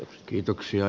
kiitoksia